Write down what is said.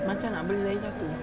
macam nak beli lagi satu